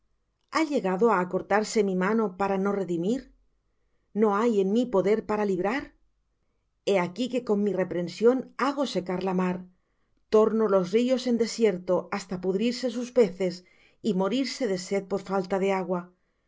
ha llegado á acortarse mi mano para no redimir no hay en mí poder para librar he aquí que con mi reprensión hago secar la mar torno los ríos en desierto hasta pudrirse sus peces y morirse de sed por falta de agua